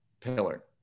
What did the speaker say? pillar